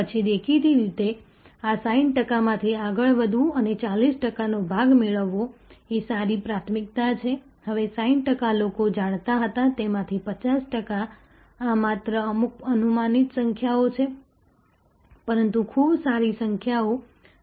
પછી દેખીતી રીતે આ 60 ટકામાંથી આગળ વધવું અને 40 ટકાનો ભાગ મેળવવો એ સારી પ્રાથમિકતા છે હવે 60 ટકા જેઓ જાણતા હતા તેમાંથી 50 ટકા આ માત્ર અમુક અનુમાનિત સંખ્યાઓ છે પરંતુ ખૂબ સારી સંખ્યાઓ આવું થાય છે